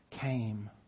came